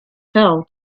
fell